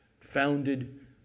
founded